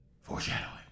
Foreshadowing